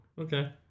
Okay